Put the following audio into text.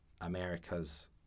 Americas